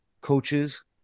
coaches